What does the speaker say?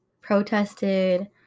protested